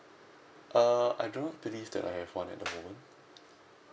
uh I do not believe that I have one at the moment